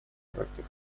характер